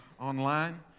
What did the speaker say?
online